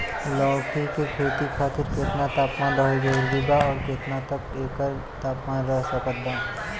लौकी के खेती खातिर केतना तापमान रहल जरूरी बा आउर केतना तक एकर तापमान सह सकत बा?